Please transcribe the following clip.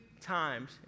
times